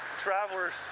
travelers